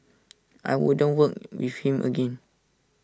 I wouldn't work with him again